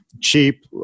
cheap